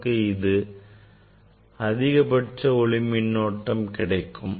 நமக்கு இப்போது அதிகப்பட்ச ஒளி மின்னோட்டம் கிடைக்கும்